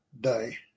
day